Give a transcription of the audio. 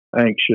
anxious